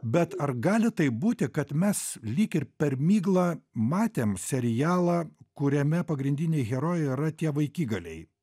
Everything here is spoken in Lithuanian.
bet ar gali taip būti kad mes lyg ir per miglą matėm serialą kuriame pagrindiniai herojai yra tie vaikigaliai